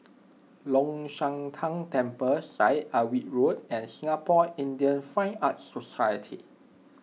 Long Shan Tang Temple Syed Alwi Road and Singapore Indian Fine Arts Society